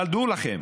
אבל דעו לכם